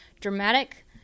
dramatic